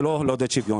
זה לא לעודד שוויון,